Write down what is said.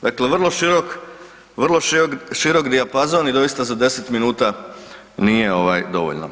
Dakle, vrlo širok, vrlo širok dijapazon i doista za 10 minuta nije ovaj dovoljno.